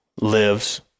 lives